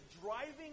driving